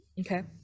Okay